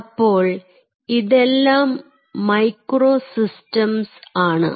അപ്പോൾ ഇതെല്ലാം മൈക്രോസിസ്റ്റംസ് ആണ്